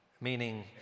meaning